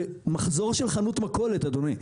זה מחזור של חנות מכולת, אדוני.